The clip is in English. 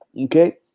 okay